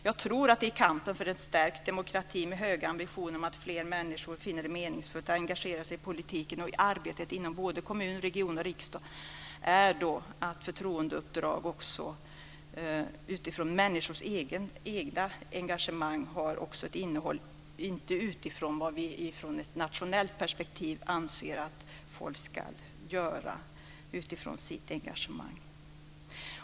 Jag tror också att det i kampen för en stärkt demokrati med höga ambitioner om att fler människor finner det meningsfullt att engagera sig i politiken och i arbetet inom kommuner, regioner och riksdag är viktigt att förtroendeuppdrag också har ett innehåll utifrån människors egna engagemang. Det ska inte vara vad vi i ett internationellt perspektiv anser att folk ska göra utifrån sitt engagemang.